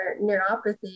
neuropathy